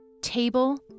Table